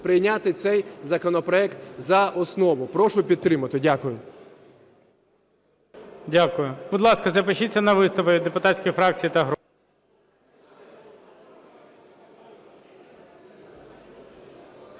прийняти цей законопроект за основу. Прошу підтримати. Дякую. ГОЛОВУЮЧИЙ. Дякую. Будь ласка, запишіться на виступи від депутатських фракцій та груп.